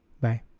Bye